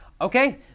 Okay